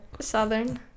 southern